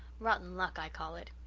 rotten luck, i call it.